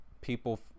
people